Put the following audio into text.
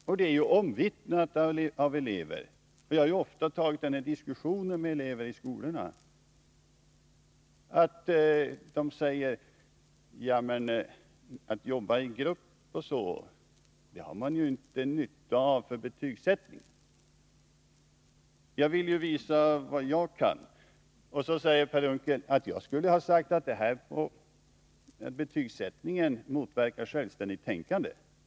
Detta är omvittnat av elever — jag har ofta fört den diskussionen med elever i skolorna. De säger t.ex.: Att jobba i grupp har man ju inte nytta av vid betygsättningen. Jag vill visa vad jag kan. Vidare sade Per Unckel att jag skulle ha sagt att betygsättningen motverkar självständigt tänkande.